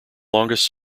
longest